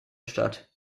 statt